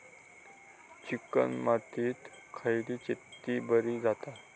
Chicken मातीत खयली शेती बरी होता?